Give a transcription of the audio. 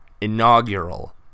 inaugural